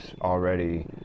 already